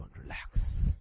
relax